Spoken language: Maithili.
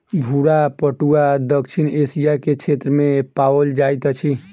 भूरा पटुआ दक्षिण एशिया के क्षेत्र में पाओल जाइत अछि